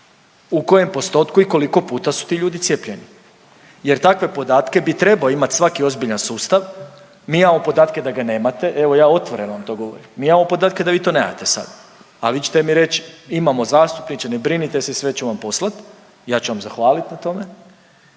U kojem postotku i koliko puta su ti ljudi cijepljeni jer takve podatke bi trebao imati svaki ozbiljan sustav. Mi imamo podatke da ga nemate, evo, ja otvoreno to govorim, mi imamo podatke da vi to nemate sad, a vi ćete mi reći, imamo zastupniče, ne brinite se, sve ću vam poslati, ja ću vam zahvaliti na tome